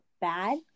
bad